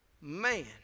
man